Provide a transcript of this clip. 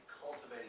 cultivating